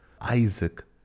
Isaac